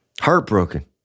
heartbroken